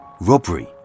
robbery